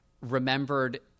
remembered